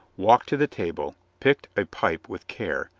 walked to the table, picked a pipe with care,